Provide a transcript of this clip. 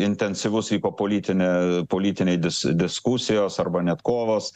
intensyvus vyko politine politiniai dis diskusijos arba net kovos